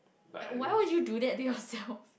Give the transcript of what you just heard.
like why would you do that to yourself